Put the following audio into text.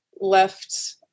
left